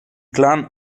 clan